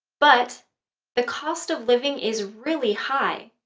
but the cost of living is really high.